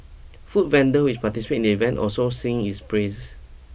food vendors which participate in the event also sang its praises